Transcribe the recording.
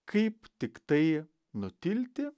kaip tiktai nutilti